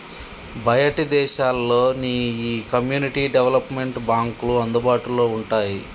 బయటి దేశాల్లో నీ ఈ కమ్యూనిటీ డెవలప్మెంట్ బాంక్లు అందుబాటులో వుంటాయి